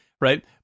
right